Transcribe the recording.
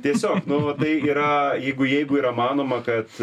tiesiog nu vat tai yra jeigu jeigu yra manoma kad